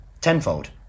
tenfold